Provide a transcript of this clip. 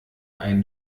ein